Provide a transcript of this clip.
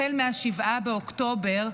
החל מ-7 באוקטובר,